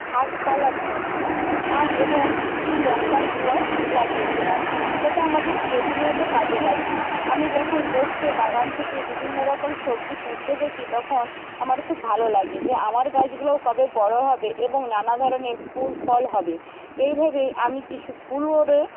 শাকপালা বুনেছিলাম এবং দুটি লঙ্কার পুয়াও লাগিয়েছিলাম সেটা আমাদের প্রতিনিয়ত কাজে লাগে আমি যখন লোককে বাগান থেকে বিভিন্ন রকম সবজি তুলতে দেখি তখন আমার খুব ভালো লাগে যে আমার গাছগুলোও কবে বড়ো হবে এবং নানা ধরণের ফুল ফল হবে এইভাবেই আমি কিছু ফুলরও